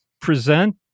present